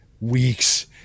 weeks